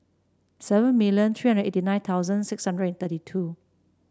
seven million three hundred and eighty nine thousand six hundred and thirty two